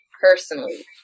personally